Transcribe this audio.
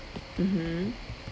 mmhmm